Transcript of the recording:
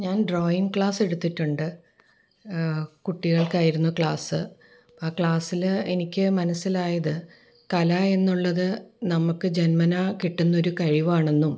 ഞാൻ drawing class എടുത്തിട്ടുണ്ട് കുട്ടികൾക്കായിരുന്നു ക്ലാസ് ആ ക്ലാസിൽ എനിക്ക് മനസ്സിലായത് കലാ എന്നുള്ളത് നമുക്ക് ജന്മനാ കിട്ടുന്ന ഒരു കഴിവാണെന്നും